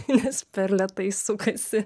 nes per lėtai sukasi